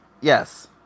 Yes